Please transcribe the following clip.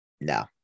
No